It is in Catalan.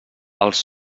els